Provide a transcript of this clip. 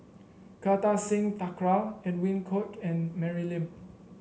Kartar Singh Thakral Edwin Koek and Mary Lim